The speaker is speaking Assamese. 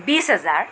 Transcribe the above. বিছ হেজাৰ